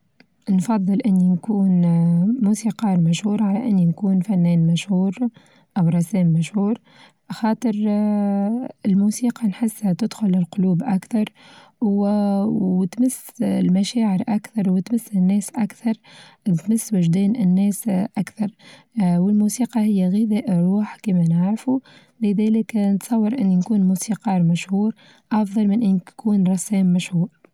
*نفظل أنى نكون موسيقار مشهور على إني نكون فنان مشهور أو رسام مشهور، خاطر اه الموسيقى نحسها تدخل القلوب أكثر وتمس اه المشاعر أكثر وتمس الناس أكثر وتمس وچدان الناس أكثر، والموسيقى هي غذاء الرواح كما نعرفوا لذلك نتصور إني نكون موسيقار مشهور أفضل من أن تكون رسام مشهور.